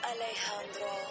Alejandro